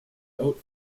oat